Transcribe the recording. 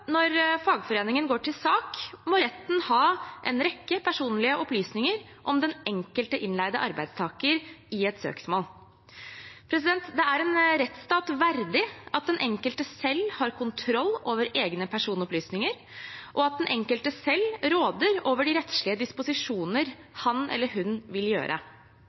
Når fagforeningen går til sak, må retten ha en rekke personlige opplysninger om den enkelte innleide arbeidstaker i et søksmål. Det er en rettsstat verdig at den enkelte selv har kontroll over egne personopplysninger, og at den enkelte selv råder over de rettslige disposisjoner han eller hun vil gjøre.